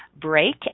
break